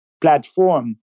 platform